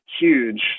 huge